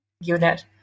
unit